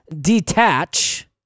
detach